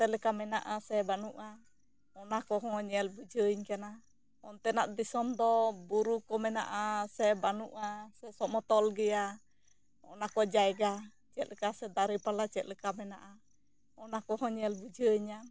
ᱱᱚᱛᱮ ᱞᱮᱠᱟ ᱢᱮᱱᱟᱜᱼᱟ ᱥᱮ ᱵᱟᱹᱱᱩᱜᱼᱟ ᱚᱱᱟ ᱠᱚᱦᱚᱸ ᱧᱮᱞ ᱵᱩᱡᱷᱹᱣᱟᱹᱧ ᱠᱟᱱᱟ ᱚᱱᱛᱮᱱᱟᱜ ᱫᱤᱥᱚᱢ ᱫᱚ ᱵᱩᱨᱩ ᱠᱚ ᱢᱮᱱᱟᱜᱼᱟ ᱥᱮ ᱵᱟᱹᱱᱩᱜᱼᱟ ᱥᱮ ᱥᱚᱢᱚᱛᱚᱞ ᱜᱮᱭᱟ ᱚᱱᱟ ᱠᱚ ᱡᱟᱭᱜᱟ ᱪᱮᱫ ᱞᱮᱠᱟ ᱥᱮ ᱫᱟᱨᱮ ᱯᱟᱞᱟ ᱪᱮᱫ ᱞᱮᱠᱟ ᱢᱮᱱᱟᱜᱼᱟ ᱚᱱᱟ ᱠᱚᱦᱚᱸ ᱧᱮᱞ ᱵᱩᱡᱷᱟᱹᱣ ᱟᱹᱧᱟᱹ